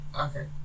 Okay